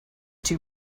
too